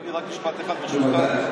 רק משפט אחד, ברשותך.